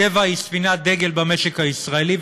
טבע היא ספינת דגל במשק הישראלי,